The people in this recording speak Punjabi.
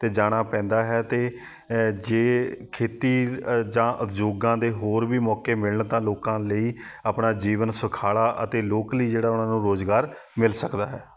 ਅਤੇ ਜਾਣਾ ਪੈਂਦਾ ਹੈ ਅਤੇ ਜੇ ਖੇਤੀ ਅ ਜਾਂ ਉਦਯੋਗਾਂ ਦੇ ਹੋਰ ਵੀ ਮੌਕੇ ਮਿਲਣ ਤਾਂ ਲੋਕਾਂ ਲਈ ਆਪਣਾ ਜੀਵਨ ਸੁਖਾਲਾ ਅਤੇ ਲੋਕਲੀ ਜਿਹੜਾ ਉਹਨਾਂ ਨੂੰ ਰੁਜ਼ਗਾਰ ਮਿਲ ਸਕਦਾ ਹੈ